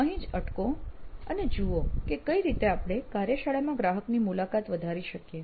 અહીં જ અટકો અને જુઓ કે કઈ રીતે આપણે કાર્યશાળામાં ગ્રાહકની મુલાકાત વધારી શકીએ